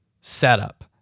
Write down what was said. setup